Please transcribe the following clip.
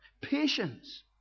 patience